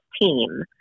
team